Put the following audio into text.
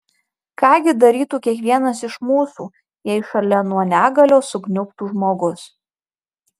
ką gi darytų kiekvienas iš mūsų jei šalia nuo negalios sukniubtų žmogus